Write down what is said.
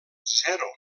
zero